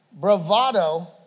bravado